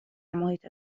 محیط